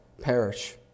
perish